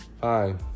Fine